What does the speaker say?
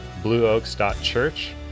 blueoaks.church